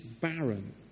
barren